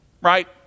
Right